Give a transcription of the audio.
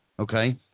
okay